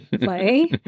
play